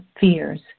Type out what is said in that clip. fears